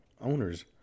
owners